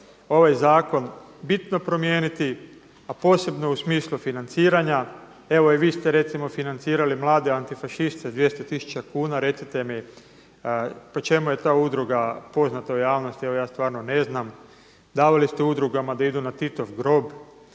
ovaj zakon bitno promijeniti, a posebno u smislu financiranja. Evo i vi ste recimo financirali mlade antifašiste 200 tisuća kuna, recite mi po čemu je ta udruga poznata u javnosti. Evo ja stvarno ne znam. Davali ste udrugama da idu na Titov grob,